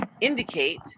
indicate